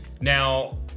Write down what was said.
Now